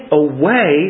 away